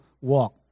walk